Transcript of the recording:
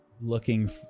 looking